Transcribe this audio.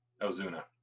Ozuna